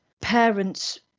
parents